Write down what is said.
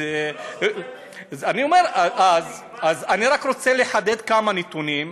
לא, זאת האמת, אז אני רק רוצה לחדד כמה נתונים: